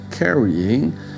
Carrying